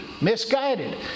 misguided